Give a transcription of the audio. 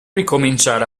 ricominciare